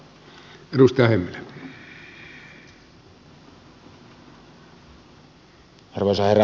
arvoisa herra puhemies